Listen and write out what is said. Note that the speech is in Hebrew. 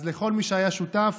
אז לכל מי שהיה שותף,